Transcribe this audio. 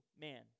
man